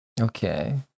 Okay